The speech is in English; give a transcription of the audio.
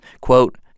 Quote